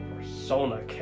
Persona